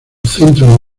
centro